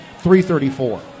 334